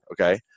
Okay